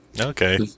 Okay